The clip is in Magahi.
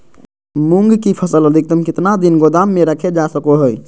मूंग की फसल अधिकतम कितना दिन गोदाम में रखे जा सको हय?